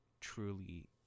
truly